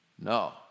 No